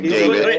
David